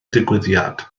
digwyddiad